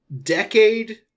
decade